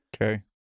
Okay